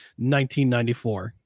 1994